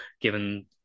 given